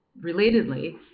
Relatedly